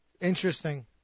Interesting